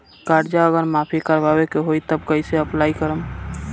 कर्जा अगर माफी करवावे के होई तब कैसे अप्लाई करम?